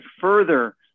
further